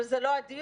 אבל זה לא הדיון,